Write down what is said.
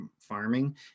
farming